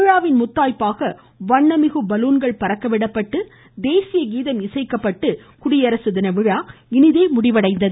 விழாவின் முத்தாய்ப்பாக வண்ணமிகு பலூன்கள் பறக்கவிடப்பட்டு தேசிய கீதம் இசைக்கப்பட்டு குடியரசு தின விழா இனிதே முடிவடைந்தது